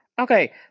Okay